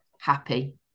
happy